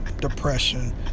depression